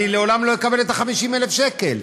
אני לעולם לא אקבל את 50,000 השקלים.